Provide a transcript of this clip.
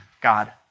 God